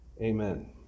Amen